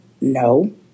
no